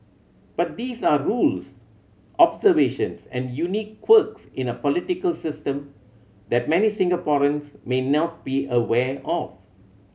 but these are rules observations and unique quirks in a political system that many Singaporeans may not be aware of